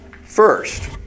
First